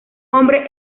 hombre